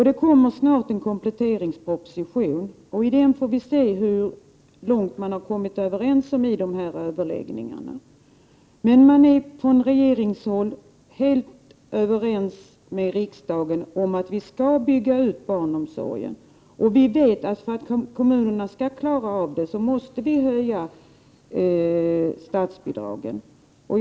Det kommer snart en kompletteringsproposition, och i den får vi se hur långt man har kommit överens i dessa överläggningar. På regeringshåll är man helt överens med riksdagen om att barnomsorgen skall byggas ut, och vi vet att för att kommunerna skall klara av detta måste statsbidragen höjas.